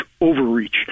overreach